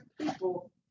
people